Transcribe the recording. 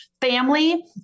family